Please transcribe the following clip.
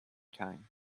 time